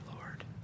Lord